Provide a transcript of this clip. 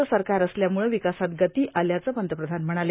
चं सरकार असल्यामुळं विकासात गती आल्याचं पंतप्रधान म्हणाले